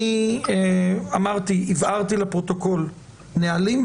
אני הבהרתי לפרוטוקול: נהלים,